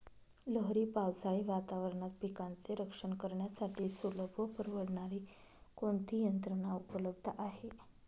लहरी पावसाळी वातावरणात पिकांचे रक्षण करण्यासाठी सुलभ व परवडणारी कोणती यंत्रणा उपलब्ध आहे?